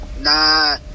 Nah